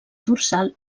dorsal